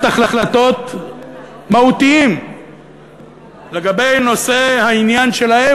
החלטות מהותיים לגבי נושאי העניין שלהם,